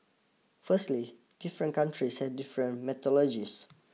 firstly different countries had different methodologies